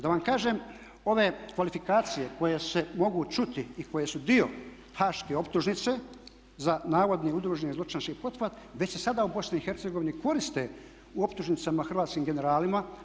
Da vam kažem ove kvalifikacije koje se mogu čuti i koje su dio haške optužnice za navodni udruženi zločinački pothvat već se sada u BiH koriste u optužnicama hrvatskim generalima.